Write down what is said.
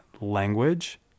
language